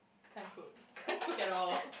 can't cook can't cook at all